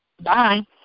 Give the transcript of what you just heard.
Bye